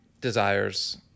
desires